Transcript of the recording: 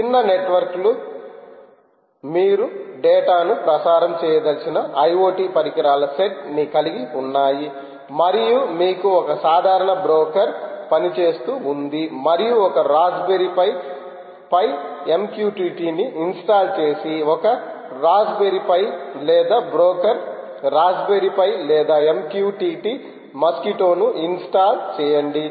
చిన్న నెట్వర్క్లు మీరు డేటాను ప్రసారం చేయదలిచిన ఐఓటి పరికరాల సెట్ ని కలిగి ఉన్నాయి మరియు మీకు ఒక సాధారణ బ్రోకర్ పనిచేస్తు ఉంది మరియు ఒక రాస్ప్బెరి పై పై MQTT ని ఇన్స్టాల్ చేసి ఒక రాస్ప్బెరి పై లేదా బ్రోకర్ రాస్ప్బెరి పై లేదా MQTT మస్క్విటో ను ఇన్స్టాల్ చేయండి